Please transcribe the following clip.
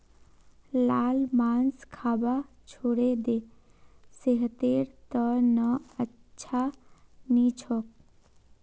लाल मांस खाबा छोड़े दे सेहतेर त न अच्छा नी छोक